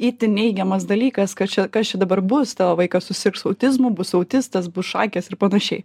itin neigiamas dalykas kas čia kas čia dabar bus tavo vaikas susirgs autizmu bus autistas bus šakės ir panašiai